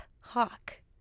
hawk